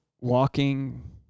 Walking